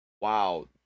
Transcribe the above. Wow